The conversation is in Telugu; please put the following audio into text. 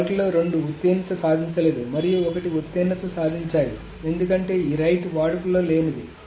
వాటిలో రెండు ఉత్తీర్ణత సాధించలేదు మరియు ఒకటి ఉత్తీర్ణత సాధించాయి ఎందుకంటే ఈ రైట్ వాడుకలో లేనిది